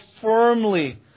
firmly